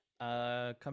Come